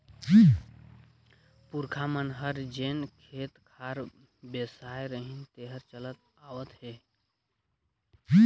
पूरखा मन हर जेन खेत खार बेसाय रिहिन तेहर चलत आवत हे